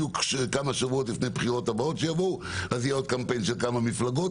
ואז כמה שבועות לפני הבחירות הבאות אז יהיה עוד קמפיין של כמה מפלגות.